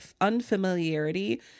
unfamiliarity